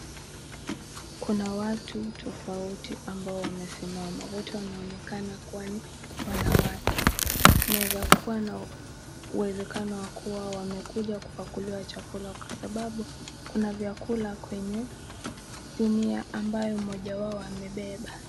Kuna watu tofauti ambao wamesimama wote wanaonekana kuwa ni wanawake, inaweza kuwa na uwezekano wa kuwa wamekuja kupakuliwa chakula kwa sababu kuna vyakula kwenye sinia ambayo mmoja wao amebeba.